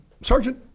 Sergeant